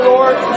Lord